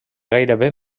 gairebé